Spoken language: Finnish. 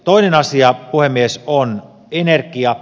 toinen asia puhemies on energia